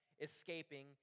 escaping